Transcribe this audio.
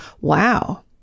Wow